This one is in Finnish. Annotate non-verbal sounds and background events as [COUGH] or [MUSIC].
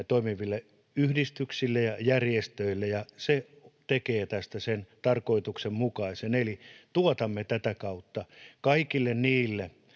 [UNINTELLIGIBLE] toimiville yhdistyksille ja järjestöille ja se tekee tästä sen tarkoituksenmukaisen eli tuotamme tätä kautta kaikille niille